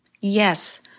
yes